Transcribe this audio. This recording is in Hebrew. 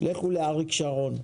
לכו לאריק שרון.